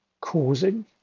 causing